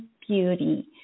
beauty